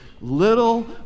little